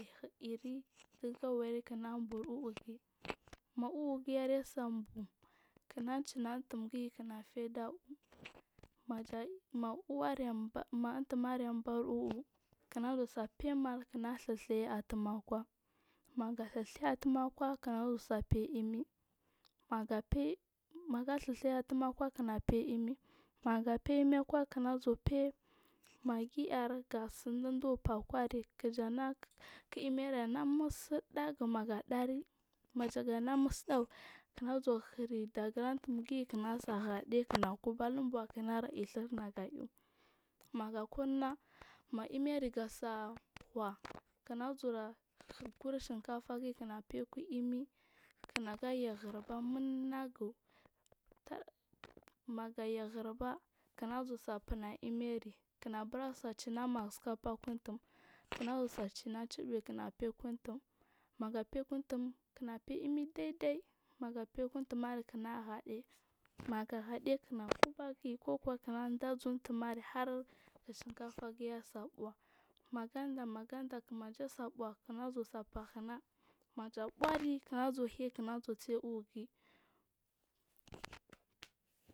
Daguwairi kina bu vugiyarase buu kina shine untumgiyi kina feiy ada uu maja ma umtumari anba uu kinazusai akwa maga dha dhaya atum akwa kina zu sai feiy imi ma maga bdha dhaya atum akwa kina feiy imi ma ga faiy imi akwa kinazu faiy maggiar ga sun duzuwa fari akki imir ana musuɗagu maga ɗadi majaga namusuɗagu nazuwa luri daga intuumgi kinasai hade kina aiw maga kunna ma imirigasa hua kina zuwara gur shinkafa gin kingafe ku imi naga yahirba munagu magayahirba kinazu ɓun a imiri kinabur sai chima masike feiy kuntum kinazuwa cina cha be kinge fekum tum kinafe imi dai dai maga feiy ku untumariki na hyade maga hyade kina kub agiyi kukuwa daa aza untumari har shinkafa giyi asai buuk magan da maganda manaja sai buuh nazuwa sai fahna maja buuri kina zuwa haiy.